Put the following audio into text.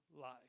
life